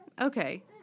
Okay